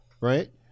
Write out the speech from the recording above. Right